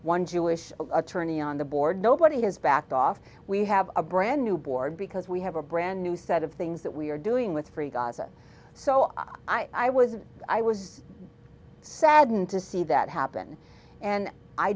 one jewish attorney on the board nobody has backed off we have a brand new board because we have a brand new set of things that we are doing with free gaza so i was i was saddened to see that happen and i